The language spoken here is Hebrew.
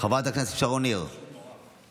חברת הכנסת שרון ניר, בבקשה.